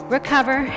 Recover